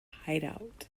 hideout